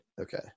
Okay